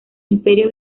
imperio